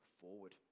forward